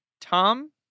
Tom